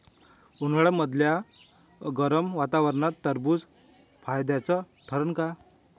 उन्हाळ्यामदल्या गरम वातावरनात टरबुज फायद्याचं ठरन का?